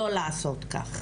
שלא לעשות כן".